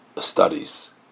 studies